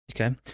Okay